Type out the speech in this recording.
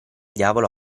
diavolo